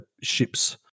ships